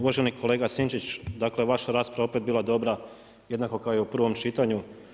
Uvaženi kolega Sinčić, dakle vaša rasprava je opet bila dobra, jednako kao i u prvom čitanju.